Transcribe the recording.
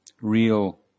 real